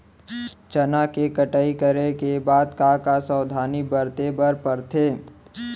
चना के कटाई करे के बाद का का सावधानी बरते बर परथे?